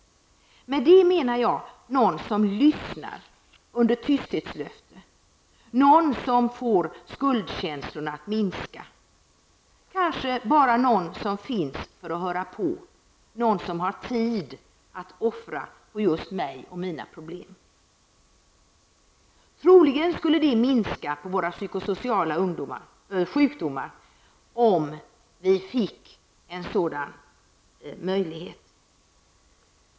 Med det menar jag någon som lyssnar under tysthetslöfte, någon som får skuldkänslorna att minska, kanske bara någon som finns för att höra på, någon som har tid att offra på mig och mina problem. Troligen skulle det minska våra psykosociala sjukdomar, om vi fick en sådan möjlighet.